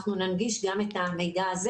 אנחנו ננגיש גם את המידע הזה,